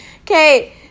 Okay